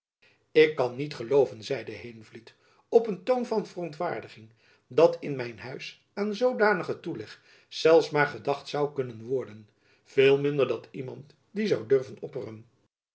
ik kan niet gelooven zeide heenvliet op een toon van verontwaardiging dat in mijn huis aan zoodanigen toeleg zelfs maar gedacht zoû kunnen worden veel minder dat iemand dien zoû durven